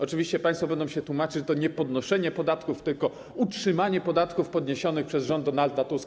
Oczywiście państwo będą się tłumaczyć, że to nie podnoszenie podatków, tylko utrzymanie podatków podniesionych przez rząd Donalda Tuska.